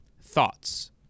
Thoughts